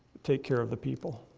take care of the people.